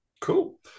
cool